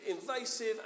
invasive